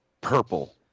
Purple